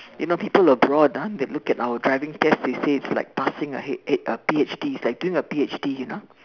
you know people abroad ah that look at our driving test they say is like passing a P_H_D it's llke doing a P_H_D you know